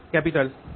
A nMr